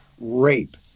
rape